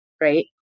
right